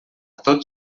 tot